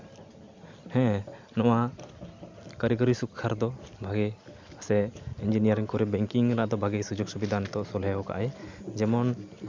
ᱦᱮᱸ ᱱᱚᱣᱟ ᱠᱟᱹᱨᱤᱜᱚᱨᱤ ᱥᱤᱠᱠᱷᱟᱨ ᱫᱚ ᱵᱷᱟᱜᱮ ᱥᱮ ᱤᱧᱡᱤᱱᱤᱭᱟᱨᱤᱝ ᱠᱚᱨᱮ ᱵᱮᱝᱠᱤᱝ ᱨᱮᱱᱟᱜ ᱫᱚ ᱵᱷᱟᱜᱮ ᱥᱩᱡᱳᱜᱽ ᱥᱩᱵᱤᱫᱟ ᱱᱤᱛᱚᱜ ᱥᱚᱞᱦᱮ ᱠᱟᱜᱼᱟᱭ ᱡᱮᱢᱚᱱ